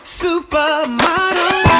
supermodel